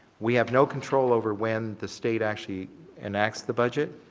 we have no control over when the state actually enacts the budget.